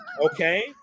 okay